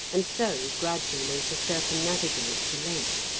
and so gradually to circumnavigate the lake.